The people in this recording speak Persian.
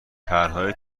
پرهای